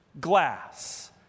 glass